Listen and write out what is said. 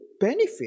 benefit